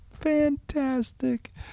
fantastic